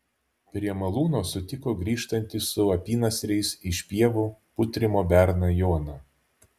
prie malūno sutiko grįžtantį su apynasriais iš pievų putrimo berną joną